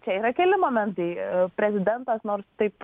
čia yra keli momentai prezidentas nors taip